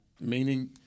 meaning